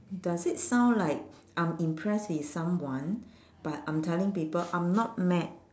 does it sound like I'm impressed with someone but I'm telling people I'm not mad